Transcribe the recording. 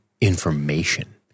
Information